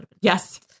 yes